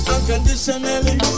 Unconditionally